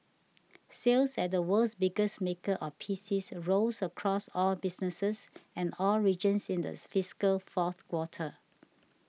sales at the world's biggest maker of PCs rose across all businesses and all regions in these fiscal fourth quarter